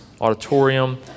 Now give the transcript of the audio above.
auditorium